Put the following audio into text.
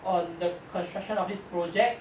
on the construction of this project